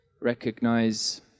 recognize